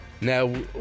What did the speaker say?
Now